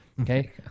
Okay